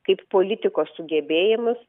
kaip politiko sugebėjimus